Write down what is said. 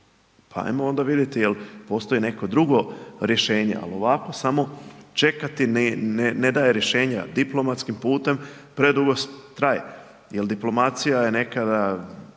pa ajmo onda vidjeti jel' postoji neko drugo rješenje, ali ovako samo čekati ne daje rješenja, diplomatskim putem predugo traje, jer diplomacija je nekada